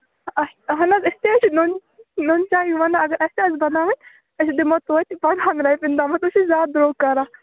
اچھ اَہن حظ أسۍ تہِ حظ چھِ نُن نُن چاے ونا اگر اَسہِ تہِ آسہِ بناوٕنۍ أسۍ دِمو توتہِ پنٛدہن رۄپیَن تامتھ تُہۍ چھُو زیادٕ درٛوٚگ کَران